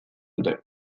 dute